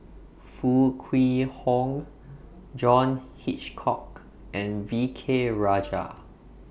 Foo Kwee Horng John Hitchcock and V K Rajah